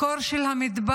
הקור של המדבר,